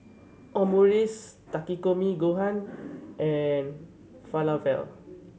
Omurice Takikomi Gohan and Falafel